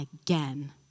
again